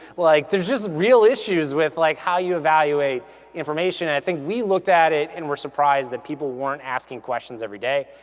like there's just real issues with like how you evaluate information. i think we looked at it and we're surprised that people weren't asking questions every day.